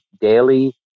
daily